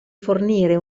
fornire